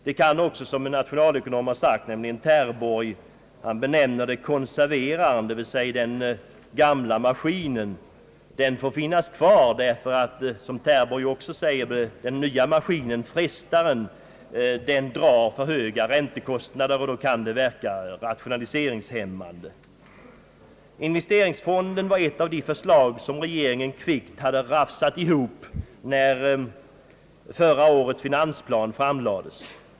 Det kan bli såsom nationalekonomen Terborgh sagt, nämligen att konserveraren, det vill säga den gamla maskinen, får finnas kvar därför att, som Terborgh uttrycker det, frestaren, den nya maskinen, drar för höga räntekostnader, som kan verka rationaliseringshämmande. Investeringsfonden var ett av de förslag som regeringen kvickt hade rafsat ihop när förra årets finansplan framlades.